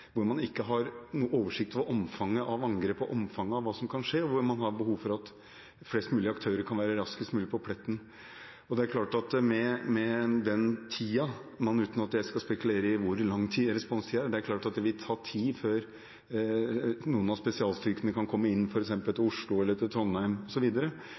hvor man ikke har oversikt over omfanget av angrepet og omfanget av hva som kan skje, og hvor man har behov for at flest mulig aktører kan være raskest mulig på pletten. Det er klart at det vil ta tid – uten at jeg skal spekulere i hvor lang responstid – før noen av spesialstyrkene kan komme til f.eks. Oslo, Trondheim osv., og da er det behov for å ha noen